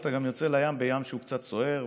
ואתה גם יוצא לים בים שהוא קצת סוער,